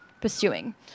pursuing